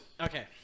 Okay